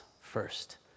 first